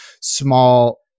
small